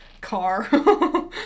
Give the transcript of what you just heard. car